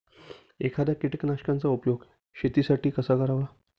एखाद्या कीटकनाशकांचा उपयोग शेतीसाठी कसा करावा?